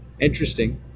Interesting